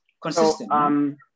consistent